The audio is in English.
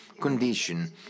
condition